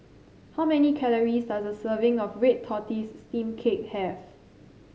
how many calories does a serving of Red Tortoise Steamed Cake have